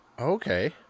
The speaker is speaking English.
Okay